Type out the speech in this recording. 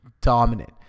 dominant